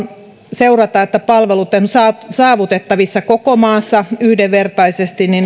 seurata että palvelut ovat saavutettavissa koko maassa yhdenvertaisesti